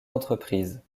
entreprises